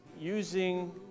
using